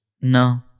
No